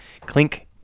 Clink